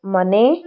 ಮನೆ